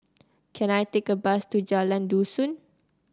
can I take a bus to Jalan Dusun